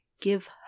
give